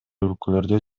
өлкөлөрдө